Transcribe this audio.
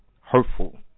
hurtful